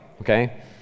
okay